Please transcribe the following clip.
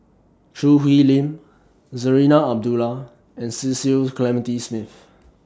Choo Hwee Lim Zarinah Abdullah and Cecil Clementi Smith